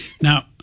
Now